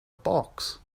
box